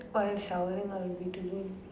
while I am showering I will be doing